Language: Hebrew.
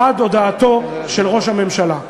בעד הודעתו של ראש הממשלה.